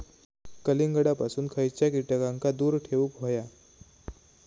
कलिंगडापासून खयच्या कीटकांका दूर ठेवूक व्हया?